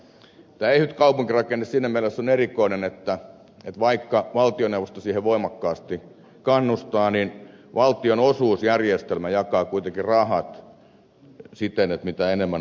ehyt kaupunkirakenne siinä mielessä on erikoinen että vaikka valtioneuvosto siihen voimakkaasti kannustaa niin valtionosuusjärjestelmä jakaa kuitenkin rahat siten että mitä enemmän on hajallaan sitä enemmän saa